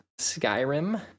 Skyrim